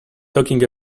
talking